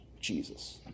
Jesus